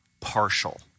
partial